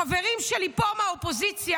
החברים שלי פה מהאופוזיציה,